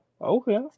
Okay